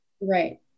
Right